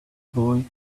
boy